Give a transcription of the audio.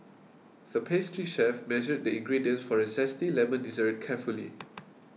the pastry chef measured the ingredients for a Zesty Lemon Dessert carefully